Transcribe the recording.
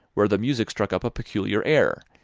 where the music struck up a peculiar air,